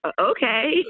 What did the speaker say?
okay